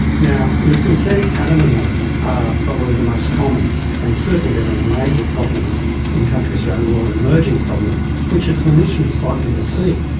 now, the synthetic cannabinoids are probably the most common and certainly they have been a major problem in countries around the world, an emerging problem which a clinician is likely to see.